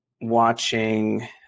watching